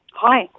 Hi